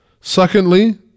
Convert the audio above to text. Secondly